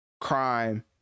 crime